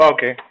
Okay